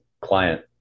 client